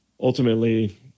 ultimately